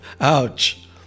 Ouch